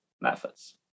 methods